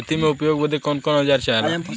खेती में उपयोग बदे कौन कौन औजार चाहेला?